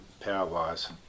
Powerwise